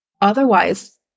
otherwise